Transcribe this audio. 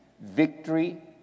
victory